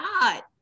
god